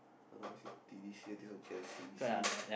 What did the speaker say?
Man-City this year this Chelsea we see ah